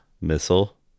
missile